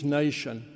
nation